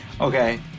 Okay